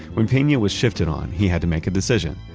when pena was shifted on, he had to make a decision,